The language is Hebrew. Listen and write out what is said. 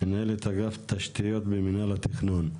מנהלת אגף תשתיות במינהל התכנון.